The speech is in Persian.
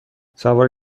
سوار